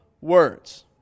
words